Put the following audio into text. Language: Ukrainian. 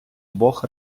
двох